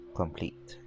complete